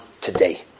today